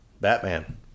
Batman